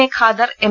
A Khadar M